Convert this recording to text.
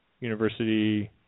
University